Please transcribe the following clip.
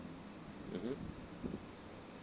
mmhmm